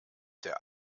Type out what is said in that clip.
der